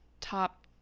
top